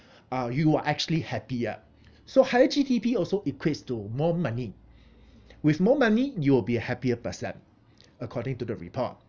uh you are actually happier so higher G_D_P also equates to more money with more money you'll be a happier person according to the report